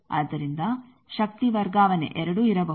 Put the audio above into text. ಆದ್ದರಿಂದ ಶಕ್ತಿ ವರ್ಗಾವಣೆ ಎರಡೂ ಇರಬಹುದು